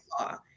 law